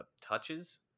touches